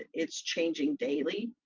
it's changing daily.